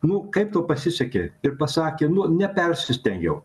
nu kaip tau pasisekė ir pasakė nu nepersistengiau